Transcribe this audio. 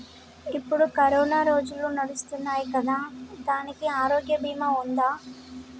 ఇప్పుడు కరోనా రోజులు నడుస్తున్నాయి కదా, దానికి ఆరోగ్య బీమా ఉందా?